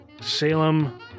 Salem